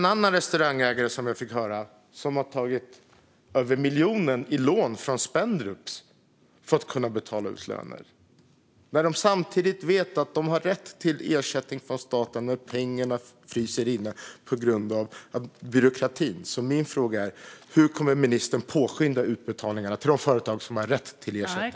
En annan restaurangägare som jag fick höra om har tagit över miljonen i lån från Spendrups för att kunna betala ut löner. Samtidigt vet de att de har rätt till ersättning från staten, men pengarna fryser inne på grund av byråkratin. Hur kommer ministern att påskynda utbetalningarna till de företag som har rätt till ersättning?